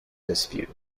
dispute